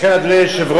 לכן, אדוני היושב-ראש,